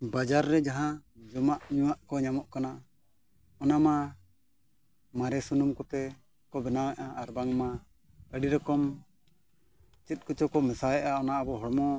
ᱵᱟᱡᱟᱨ ᱨᱮ ᱡᱟᱦᱟᱸ ᱡᱚᱢᱟᱜ ᱧᱩᱢᱟᱜ ᱠᱚ ᱧᱟᱢᱚᱜ ᱠᱟᱱᱟ ᱚᱱᱟᱢᱟ ᱢᱟᱨᱮ ᱥᱩᱱᱩᱢ ᱠᱚᱛᱮ ᱠᱚ ᱵᱮᱱᱟᱣᱮᱫᱼᱟ ᱟᱨ ᱵᱟᱝᱢᱟ ᱟᱹᱰᱤ ᱨᱚᱠᱚᱢ ᱪᱮᱫ ᱠᱚᱪᱚ ᱠᱚ ᱢᱮᱥᱟᱭᱮᱫᱼᱟ ᱚᱱᱟ ᱟᱵᱚ ᱦᱚᱲᱢᱚ